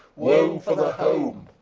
woe for the home,